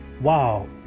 wow